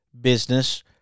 business